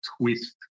twist